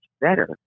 better